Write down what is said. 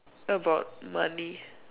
about money